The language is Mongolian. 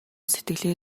сэтгэлээ